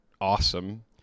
awesome